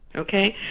ok?